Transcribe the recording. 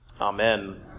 Amen